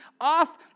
off